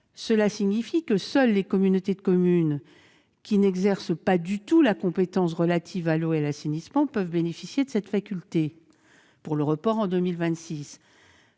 cela signifie que seules les communautés de communes qui n'exercent pas du tout la compétence relative à l'eau ou à l'assainissement peuvent bénéficier de cette faculté de report à 2026.